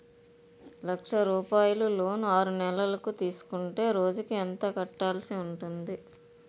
లక్ష రూపాయలు లోన్ ఆరునెలల కు తీసుకుంటే రోజుకి ఎంత కట్టాల్సి ఉంటాది?